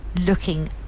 looking